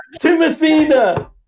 Timothina